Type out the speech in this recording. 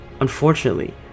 Unfortunately